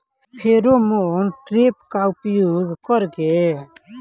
Pheromone trap का उपयोग कर के?